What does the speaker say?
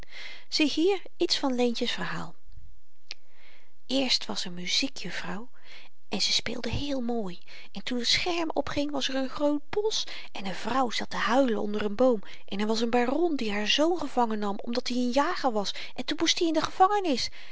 ziehier iets van leentje's verhaal eerst was er muziek juffrouw en ze speelden heel mooi en toen t scherm opging was er n groot bosch en n vrouw zat te huilen onder n boom en er was n baron die haar zoon gevangen nam omdat i n jager was en toen moest i in de gevangenis